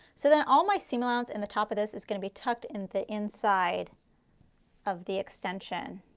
so then all my seam allowance in the top of this is going to be tucked in the inside of the extension